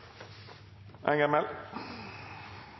Enger Mehl